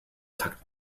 takt